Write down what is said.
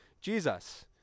jesus